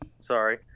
Sorry